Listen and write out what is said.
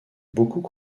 beaucoup